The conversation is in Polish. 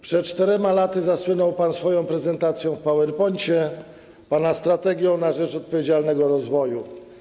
Przed 4 laty zasłynął pan swoją prezentacją w PowerPoincie, pana strategią na rzecz odpowiedzialnego rozwoju.